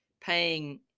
paying